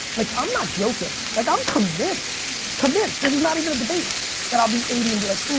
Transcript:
like i'm not joking, like i'm convinced, convinced. this is not even a debate that i'll be eighty and be like